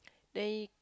they